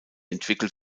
entwickelt